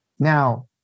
Now